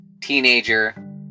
teenager